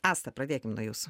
asta pradėkim nuo jūsų